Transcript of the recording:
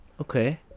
Okay